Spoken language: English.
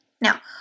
Now